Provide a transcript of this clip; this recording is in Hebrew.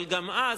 אבל גם אז,